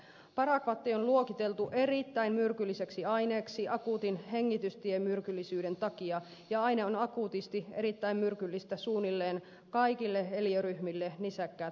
parakvatti on luokiteltu erittäin myrkylliseksi aineeksi akuutin hengitystiemyrkyllisyyden takia ja aine on akuutisti erittäin myrkyllistä suunnilleen kaikille eliöryhmille nisäkkäät mukaan lukien